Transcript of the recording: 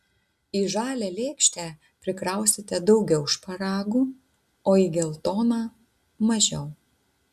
į žalią lėkštę prikrausite daugiau šparagų o į geltoną mažiau